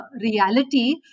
reality